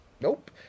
Nope